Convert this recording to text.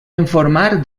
informar